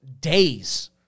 days